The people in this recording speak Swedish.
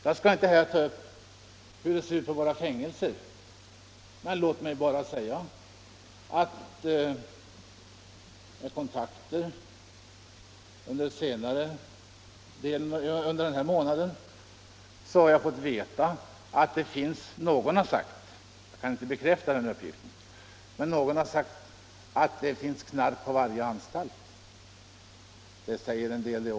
Jag skall inte här ta upp frågan om hur det ser ut på fängelserna i detta avseende. Någon har den här månaden lämnat den uppgiften — jag kan inte bekräfta att den är riktig — att det finns knark på varje anstalt. Det säger också en hel del.